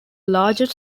largest